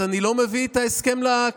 אז אני לא מביא את ההסכם לכנסת.